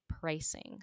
pricing